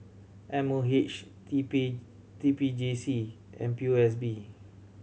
M O H T P T P J C and P O S B